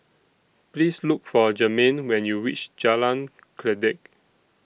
Please Look For Germaine when YOU REACH Jalan Kledek